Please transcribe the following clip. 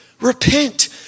Repent